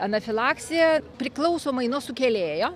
anafilaksija priklausomai nuo sukėlėjo